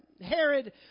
Herod